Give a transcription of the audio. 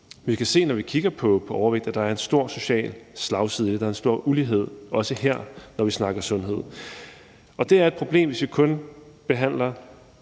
Vi kan se, når vi kigger på overvægt, at der er en stor social slagside. Der er også her en stor ulighed, når vi snakker sundhed, og det er et problem, hvis vi kun behandler